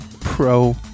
pro